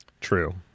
True